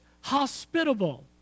hospitable